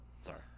sorry